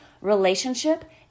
relationship